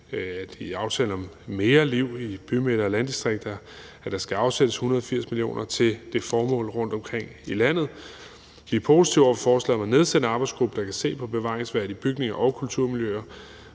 i aftale om mere liv i bymidter og landdistrikter aftalt, at der skal afsættes 180 mio. kr. til det formål rundtomkring i landet. Vi er positive over for forslaget om at nedsætte en arbejdsgruppe, der kan se på bevaringsværdige bygninger og kulturmiljøer,